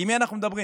עם מי אנחנו מדברים?